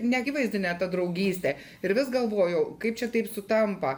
neakiviazdinė ta draugystė ir vis galvojau kaip čia taip sutampa